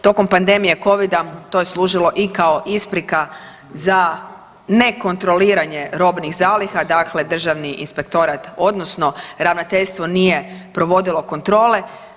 Tokom pandemije covida to je služilo i kao isprika za ne kontroliranje robnih zaliha, dakle Državni inspektorat odnosno ravnateljstvo nije provodilo kontrole.